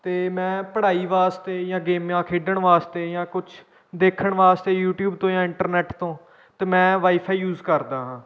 ਅਤੇ ਮੈਂ ਪੜ੍ਹਾਈ ਵਾਸਤੇ ਜਾਂ ਗੇਮਾਂ ਖੇਡਣ ਵਾਸਤੇ ਜਾਂ ਕੁਛ ਦੇਖਣ ਵਾਸਤੇ ਯੂਟੀਊਬ ਤੋਂ ਜਾਂ ਇੰਟਰਨੈੱਟ ਤੋਂ ਤਾਂ ਮੈਂ ਵਾਈਫਾਈ ਯੂਜ਼ ਕਰਦਾ ਹਾਂ